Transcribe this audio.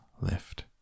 Lift